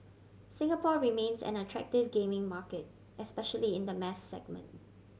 Singapore remains an attractive gaming market especially in the mass segment